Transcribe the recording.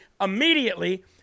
immediately